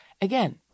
Again